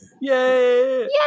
Yay